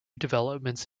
developments